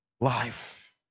life